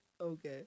Okay